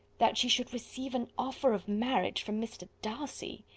that she should receive an offer of marriage from mr. darcy!